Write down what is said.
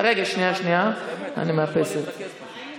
שנייה, אני מאפסת.